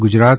Gujarat